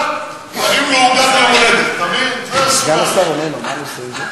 יואל, סגן השר איננו.